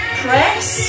press